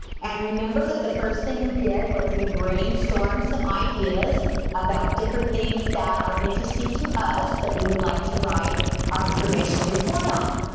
and remember that the first thing we did was we brainstormed some ideas about different things that are interesting to us that we would like to write our informational report on.